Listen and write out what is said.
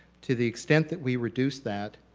to the extent that we reduce that,